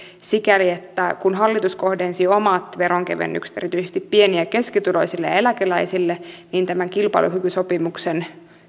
sikäli että kun hallitus kohdensi omat veronkevennykset erityisesti pieni ja keskituloisille ja ja eläkeläisille niin tämän kilpailukykysopimuksen